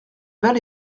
val